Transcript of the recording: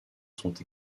sont